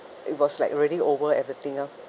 it was like already over everything ah